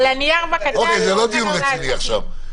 זה לא דיון רציני עכשיו.